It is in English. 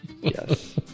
Yes